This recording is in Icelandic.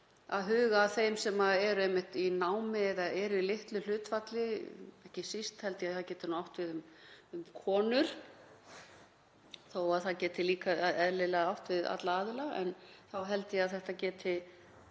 að huga að þeim sem eru í námi eða eru í litlu starfshlutfalli, ekki síst held ég að það geti átt við um konur þó að það geti líka eðlilega átt við alla aðila. Þá held ég að þetta geti